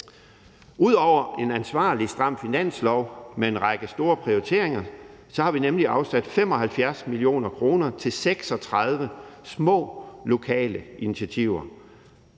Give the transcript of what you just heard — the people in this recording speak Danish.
Ud over en ansvarlig stram finanslov med en række store prioriteringer har vi nemlig afsat 75 mio. kr. til 36 små lokale initiativer.